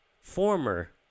former